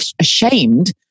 ashamed